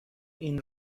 این